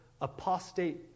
apostate